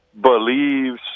believes